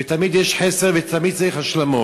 ותמיד יש חסר ותמיד צריך השלמות.